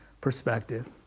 perspective